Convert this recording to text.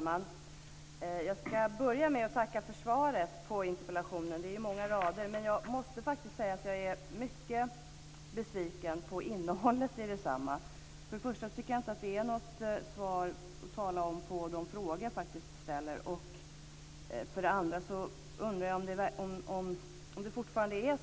Herr talman! Jag börjar med att tacka för svaret på interpellationen. Det innehåller många rader, men jag måste faktiskt säga att jag är mycket besviken på innehållet i detsamma. För det första tycker jag inte att det är något svar att tala om på de frågor som jag faktiskt ställer. För det andra undrar jag om det fortfarande